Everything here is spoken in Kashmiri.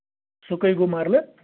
سُہ کٔہۍ گوٚو مَرلہٕ